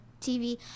TV